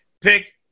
pick